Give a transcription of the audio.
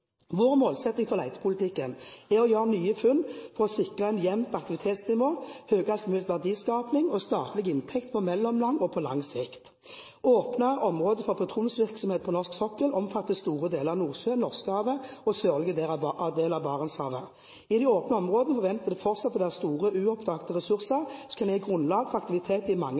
Vår målsetting for letepolitikken er å gjøre nye funn for å sikre et jevnt aktivitetsnivå, høyest mulig verdiskaping og statlige inntekter på mellomlang og på lang sikt. Åpne områder for petroleumsvirksomhet på norsk sokkel omfatter store deler av Nordsjøen, Norskehavet og sørlige del av Barentshavet. I de åpnede områdene forventes det fortsatt å være store uoppdagede ressurser som kan gi grunnlag for aktivitet i mange